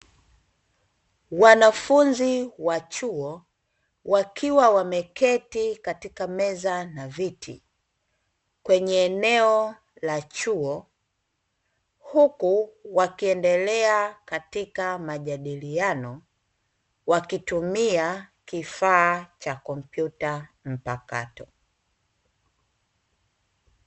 Wanafunzi wa chuo wakiwa wameketi katika meza na viti, kwenye eneo la chuo huku wakiendelea katika majadiliano wakitumia kifaa cha kompyuta mpakato.